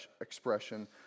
expression